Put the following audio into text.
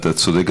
אתה צודק,